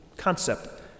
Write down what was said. concept